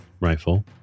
rifle